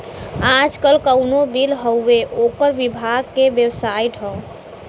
आजकल कउनो बिल हउवे ओकर विभाग के बेबसाइट हौ